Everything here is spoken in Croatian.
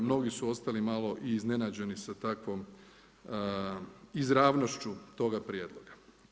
Mnogi su ostali malo i iznenađeni sa takvom izravnošću toga prijedloga.